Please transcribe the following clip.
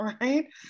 right